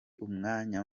umwanya